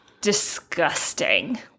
disgusting